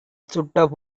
சுட்ட